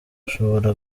ushobora